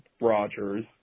Rogers